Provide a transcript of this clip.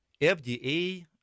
FDA